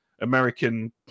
American